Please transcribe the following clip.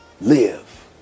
live